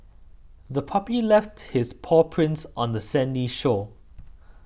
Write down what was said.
the puppy left his paw prints on the sandy shore